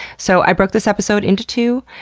so i broke this episode into two.